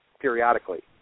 periodically